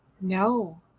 No